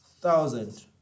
thousand